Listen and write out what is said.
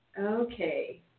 okay